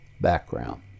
background